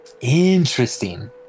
Interesting